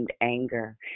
anger